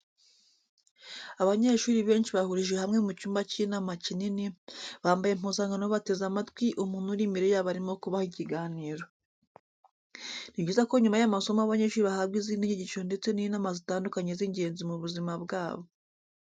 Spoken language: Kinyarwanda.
Abanyeshuri benshi bahurijwe hamwe mu cyumba cy'inama kinini, bambaye impuzankano bateze amatwi umuntu uri imbere yabo urimo kubaha ikiganiro. Ni byiza ko nyuma y'amasomo abanyeshuri bahabwa izindi nyigisho ndetse n'inama zitandukanye z'ingenzi mu buzima bwabo.